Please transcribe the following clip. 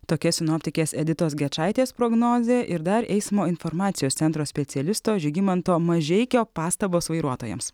tokia sinoptikės editos gečaitės prognozė ir dar eismo informacijos centro specialisto žygimanto mažeikio pastabos vairuotojams